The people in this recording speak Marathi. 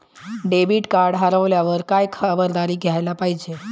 डेबिट कार्ड हरवल्यावर काय खबरदारी घ्यायला पाहिजे?